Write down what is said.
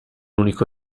unico